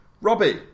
Robbie